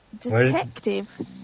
Detective